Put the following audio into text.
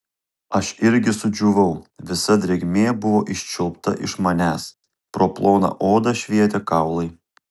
aš irgi sudžiūvau visa drėgmė buvo iščiulpta iš manęs pro ploną odą švietė kaulai